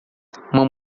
uma